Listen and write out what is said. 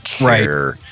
right